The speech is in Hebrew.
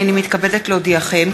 הנני מתכבדת להודיעכם,